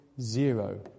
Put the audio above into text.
zero